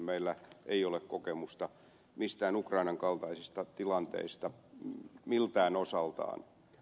meillä ei ole kokemusta mistään ukrainan kaltaisista tilanteista miltään osaltaan